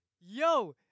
Yo